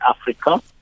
Africa